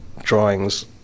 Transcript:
drawings